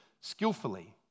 skillfully